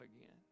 again